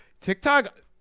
TikTok